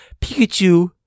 Pikachu